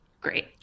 great